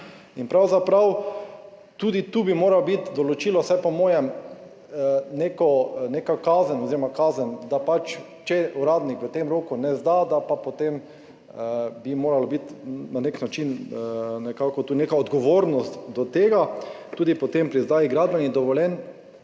In pravzaprav bi tudi tu moralo biti določilo, vsaj po mojem, neka kazen oziroma da če uradnik v tem roku ne izda, da bi pa potem morala biti na nek način tu neka odgovornost do tega, tudi potem pri izdaji gradbenih dovoljenj.